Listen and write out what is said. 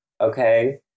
okay